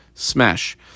Smash